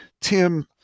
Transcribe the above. Tim